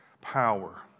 power